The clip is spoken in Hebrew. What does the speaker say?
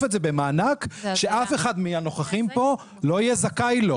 את זה במענק שאף אחד מהנוכחים פה לא יהיה זכאי לו.